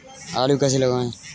आलू कैसे लगाएँ?